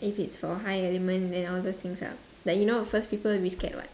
if it's for high element where all those things are like you know at first people will be scared [what]